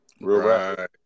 Right